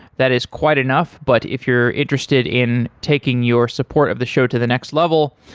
that is quite enough, but if you're interested in taking your support of the show to the next level,